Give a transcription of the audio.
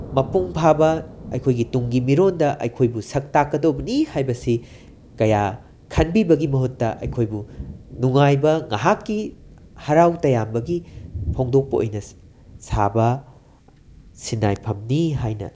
ꯃꯄꯨꯡ ꯐꯥꯕ ꯑꯩꯈꯣꯏꯒꯤ ꯇꯨꯡꯒꯤ ꯃꯤꯔꯣꯟꯗ ꯑꯩꯈꯣꯏꯕꯨ ꯁꯛ ꯇꯥꯛꯀꯗꯧꯕꯅꯤ ꯍꯥꯏꯕꯁꯤ ꯀꯌꯥ ꯈꯟꯕꯤꯕꯒꯤ ꯃꯍꯨꯠꯇ ꯑꯩꯈꯣꯏꯕꯨ ꯅꯨꯡꯉꯥꯏꯕ ꯉꯥꯏꯍꯥꯛꯀꯤ ꯍꯔꯥꯎ ꯇꯌꯥꯝꯕꯒꯤ ꯐꯣꯡꯗꯣꯛꯄ ꯑꯣꯏꯅ ꯁꯥꯕ ꯁꯤꯟꯅꯥꯏꯐꯝꯅꯤ ꯍꯥꯏꯅ ꯂꯧꯋꯤ